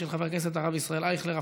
של חבר הכנסת הרב ישראל אייכלר,